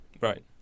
Right